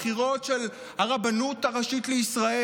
בחירות של הרבנות הראשית לישראל.